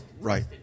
Right